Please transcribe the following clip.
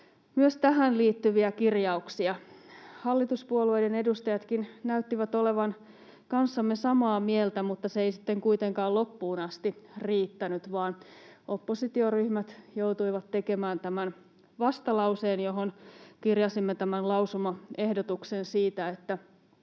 myös tähän liittyviä kirjauksia. Hallituspuolueiden edustajatkin näyttivät olevan kanssamme samaa mieltä, mutta se ei sitten kuitenkaan loppuun asti riittänyt, vaan oppositioryhmät joutuivat tekemään tämän vastalauseen, johon kirjasimme tämän lausumaehdotuksen siitä, että